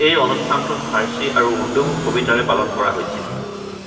এই অনুষ্ঠানটো ফাৰ্চী আৰু উৰ্দু কবিতাৰে পালন কৰা হৈছিল